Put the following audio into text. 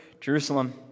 Jerusalem